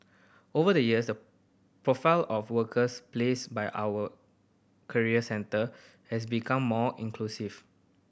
over the years the profile of workers placed by our career centre has become more inclusive